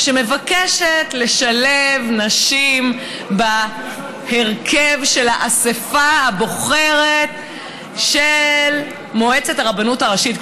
היא מבקשת לשלב נשים בהרכב של האספה הבוחרת של מועצת הרבנות הראשית,